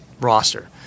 roster